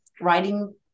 writing